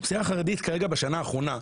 בשנה האחרונה,